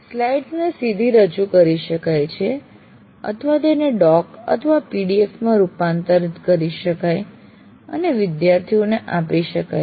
સ્લાઇડ્સને સીધી રજૂ કરી શકાય છે અથવા તેને DOC અથવા PDFમાં રૂપાંતરિત કરી શકાય અને વિદ્યાર્થીઓને આપી શકાય છે